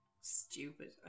stupid